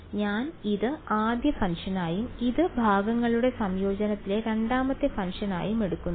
അതിനാൽ ഞാൻ ഇത് ആദ്യ ഫംഗ്ഷനായും ഇത് ഭാഗങ്ങളുടെ സംയോജനത്തിലെ രണ്ടാമത്തെ ഫംഗ്ഷനായും എടുക്കുന്നു